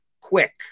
Quick